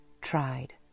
tried